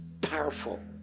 powerful